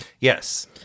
Yes